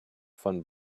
von